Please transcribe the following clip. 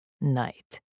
night